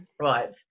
Right